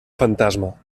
fantasma